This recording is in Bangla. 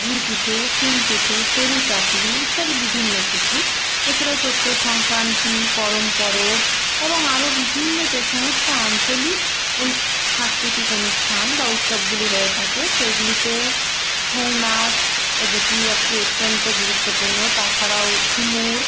গুড় পিঠে সিম পিঠে সরু চাকলি ইত্যাদি বিভিন্ন কিছু এ ছাড়াও চৈত্র সংক্রান্তি করম পরব এবং আরও বিভিন্ন যে সমস্ত আঞ্চলিক সাংস্কৃতিক অনুষ্ঠান বা উৎসবগুলি হয়ে থাকে সেইগুলিতে ছৌ নাচ যেটি একটি অত্যন্ত গুরুত্বপূর্ণ তাছাড়াও ঝুমুর